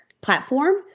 platform